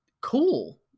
Cool